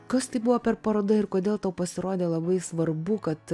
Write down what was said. kas tai buvo per paroda ir kodėl tau pasirodė labai svarbu kad